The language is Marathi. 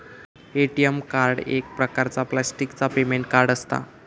ए.टी.एम कार्ड एक प्रकारचा प्लॅस्टिकचा पेमेंट कार्ड असता